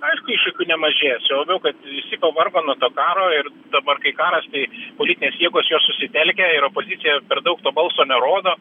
aišku iššūkių nemažės tuo labiau kad visi pavargo nuo to karo ir dabar kai karas tai politinės jėgos jos susitelkę ir opozicija per daug to balso nerodo